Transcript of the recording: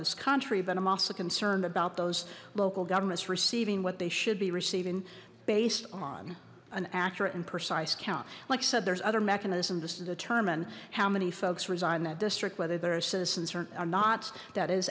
this country but i'm also concerned about those local governments receiving what they should be receiving based on an accurate and precise count like i said there's other mechanisms to determine how many folks reside in that district whether there are citizens or not that is